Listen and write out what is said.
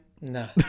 No